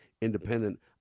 independent